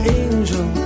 angel